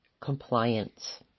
compliance